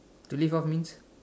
to live off means